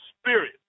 spirit